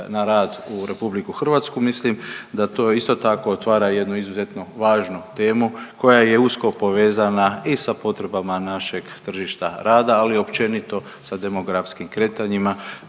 na rad u RH mislim da to isto tako otvara jednu izuzetno važnu temu koja je usko povezana i sa potrebama našeg tržišta rada, ali i općenito sa demografskim kretanjima